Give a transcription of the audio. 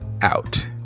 out